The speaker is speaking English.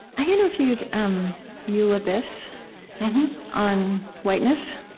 i interviewed um eula biss on whiteness.